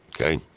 okay